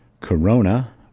Corona